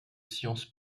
sciences